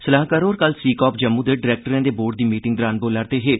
सलाहकार होर कल सीकाप जम्मू दे डरैक्टरें दे बोर्ड दी मीटिंग दौरान बोलै'रदे हे